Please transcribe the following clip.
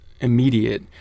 immediate